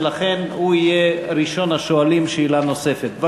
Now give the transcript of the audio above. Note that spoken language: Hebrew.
ולכן הוא יהיה ראשון השואלים שאלה נוספת.